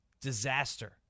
disaster